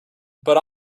but